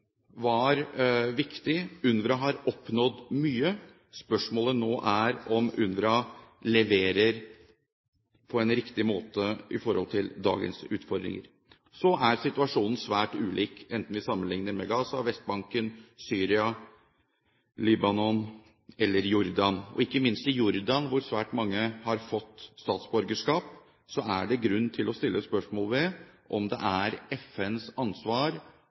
var viktig. UNRWA har oppnådd mye. Spørsmålet er nå om UNRWA leverer på en riktig måte i forhold til dagens utfordringer. Så er situasjonen svært ulik, enten vi sammenlikner den med situasjonen i Gaza og på Vestbredden, i Syria, Libanon eller Jordan. Ikke minst når det gjelder Jordan, hvor svært mange har fått statsborgerskap, er det grunn til å stille spørsmål om det er FNs ansvar